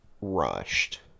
rushed